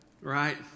right